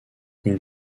une